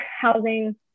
housing